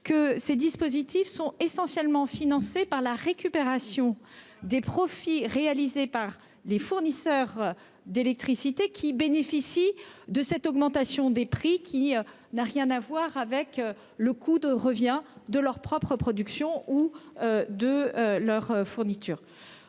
ce dispositif est essentiellement financé par la récupération des profits réalisés par les fournisseurs d'électricité, qui ont bénéficié d'une augmentation des prix n'ayant rien à voir avec le coût de revient de leur propre production ou avec leur coût de